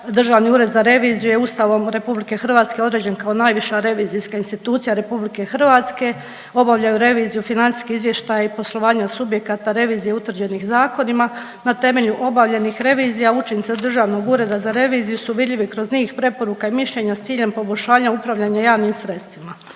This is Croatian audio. Državni ured za reviziju je Ustavom RH određen kao najviša revizijska institucija RH, obavljaju reviziju financijske izvještaje i poslovanje subjekata revizije utvrđenih zakonima na temelju obavljenih revizija učinci Državnog ureda za reviziju su vidljivi kroz niz preporuka i mišljenja s ciljem poboljšanja upravljanja javnim sredstvima.